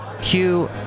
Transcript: Hugh